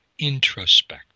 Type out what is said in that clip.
introspect